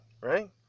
Right